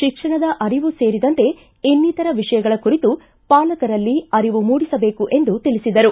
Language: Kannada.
ಶಿಕ್ಷಣದ ಅರಿವು ಸೇರಿದಂತೆ ಇನ್ನಿತರ ವಿಷಯಗಳ ಕುರಿತು ಪಾಲಕರಲ್ಲಿ ಅರಿವು ಮೂಡಿಸಬೇಕು ಎಂದು ತಿಳಿಸಿದರು